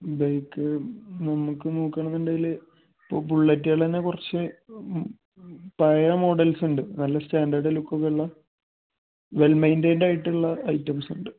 bike നമുക്ക് നോക്കണം എന്നുണ്ടെങ്കിൽ ഇപ്പം ബുള്ളറ്റുകൾ തന്നെ കുറച്ച് പഴയ മോഡൽസ് ഉണ്ട് നല്ല സ്റ്റാൻഡേർഡ് ലുക്കൊക്കെ ഉള്ള വെൽ മെയിൻറ്റൈയിൻഡ് ആയിട്ടുള്ള ഐറ്റംസ് ഉണ്ട്